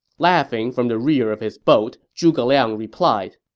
laughing from the rear of his boat, zhuge liang replied,